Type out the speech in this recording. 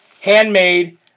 handmade